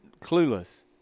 clueless